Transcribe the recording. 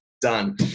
Done